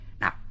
Now